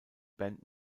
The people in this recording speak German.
band